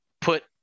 put